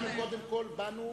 אנחנו קודם כול באנו,